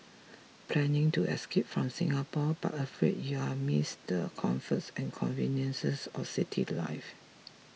planning to escape from Singapore but afraid you'll miss the comforts and conveniences of city life